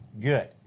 good